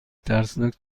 ترسناک